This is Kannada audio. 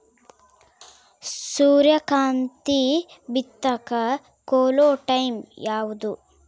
ಸೂರ್ಯಕಾಂತಿ ಬಿತ್ತಕ ಚೋಲೊ ಟೈಂ ಯಾವುದು?